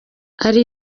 ari